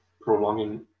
prolonging